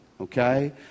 okay